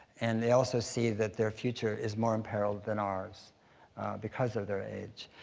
and they also see that their future is more imperiled than ours because of their age.